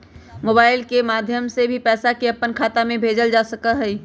mobile के माध्यम से भी पैसा के अपन खाता में भेजल जा सका हई